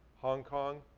hong kong,